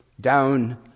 down